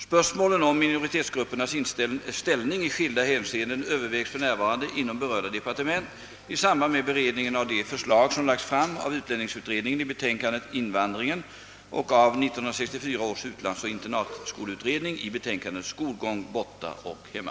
Spörsmålen om minoritetsgruppernas ställning i skilda hänseenden övervägs för närvarande inom berörda departement i samband med beredningen av de förslag som lagts fram av utlänningsutredningen i betänkandet »Invandringen» och av 1964 års utlandsoch internatskoleutredning i betänkandet »Skolgång borta och hemma».